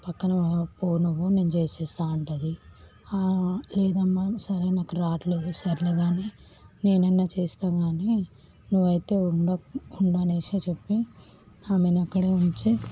పక్కన పో నువ్వు నేను చేసిస్తా అంటుంది లేదమ్మా సరే నాకు రావట్లేదు సర్లే కానీ నేనన్నా చేస్తా గానీ నువ్వైతే ఉండకు ఉండు అనేసి చెప్పి ఆమెను అక్కడే ఉంచి